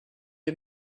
you